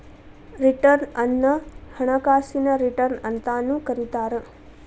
return ಅನ್ನ ಹಣಕಾಸಿನ return ಅಂತಾನೂ ಕರಿತಾರ